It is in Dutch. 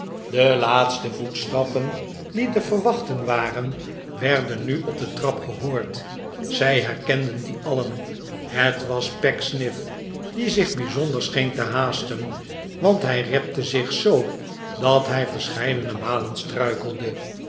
de laatste voetstappen die te verwachten waren werden nu op de trap gehoord zij herkenden die alien het was pecksniff die zich bijzonder scheen te haasten want hij repte zich zoo dat hij verscheidene malen struikelde